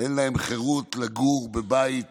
אין להם חירות לגור בבית